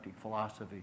philosophy